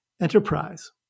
enterprise